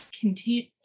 continue